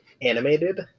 animated